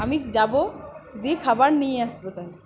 আমি যাবো দিয়ে খাবার নিয়ে আসবো তাহলে